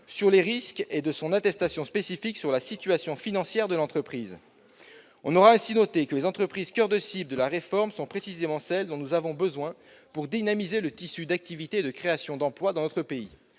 sur les risques et de son attestation spécifique sur la situation financière de l'entreprise. » On aura ainsi noté que les entreprises constituant le coeur de cible de la réforme sont précisément celles dont nous avons besoin pour dynamiser l'activité et les créations d'emplois dans notre pays.